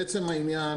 לעצם העניין